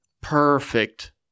perfect